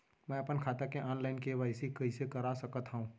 मैं अपन खाता के ऑनलाइन के.वाई.सी कइसे करा सकत हव?